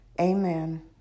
Amen